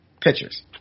pitchers